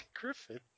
Griffin